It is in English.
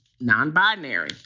non-binary